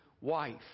wife